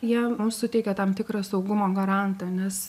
jie mums suteikė tam tikrą saugumo garantą nes